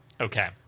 Okay